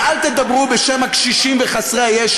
ואל תדברו בשם הקשישים וחסרי הישע.